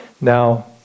Now